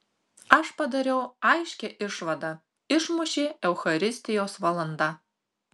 aš padariau aiškią išvadą išmušė eucharistijos valanda